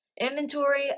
Inventory